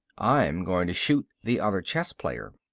i'm going to shoot the other chess player.